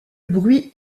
bruit